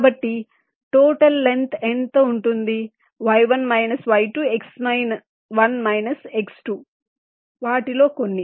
కాబట్టి total length ఎంత ఉంటుంది వాటిలో కొన్ని